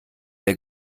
der